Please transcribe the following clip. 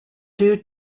due